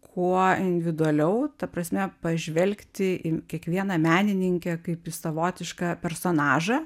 kuo individualiau ta prasme pažvelgti į kiekvieną menininkę kaip į savotišką personažą